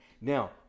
Now